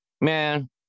man